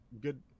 good